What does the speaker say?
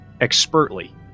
expertly